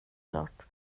klart